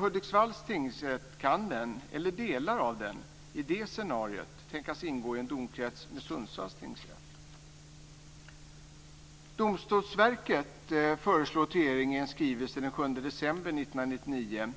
Hudiksvalls tingsrätt kan, i alla fall delar av den, i det scenariot tänkas ingå i en domkrets med Sundsvalls tingsrätt. Domstolsverket föreslår i en skrivelse till regeringen den 7 december 1999